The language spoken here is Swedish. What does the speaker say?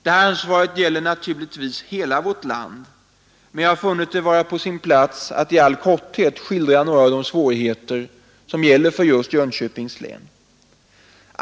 Detta ansvar gäller självfallet hela vårt land, men jag har funnit det vara på sin plats att i all korthet skildra några av de svårigheter som gäller för Jönköpings län.